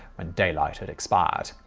when daylight had expired.